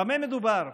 במה מדובר?